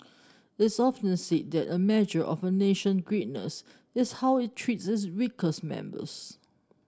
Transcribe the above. it's often said that a measure of a nation greatness is how it treats its weakest members